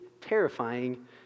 terrifying